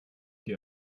dir